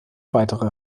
weitere